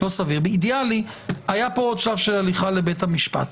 היה פה עוד שלב של הליכה לבית המשפט.